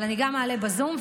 אבל אני אעלה בזום,